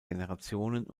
generationen